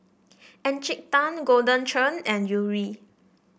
Encik Tan Golden Churn and Yuri